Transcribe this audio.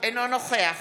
אינו נוכח